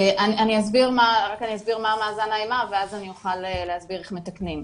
אני אסביר מה מאזן האימה ואז אוכל להסביר איך מתקנים.